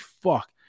fuck